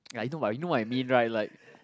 ya you know what I mean right like